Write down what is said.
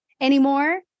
anymore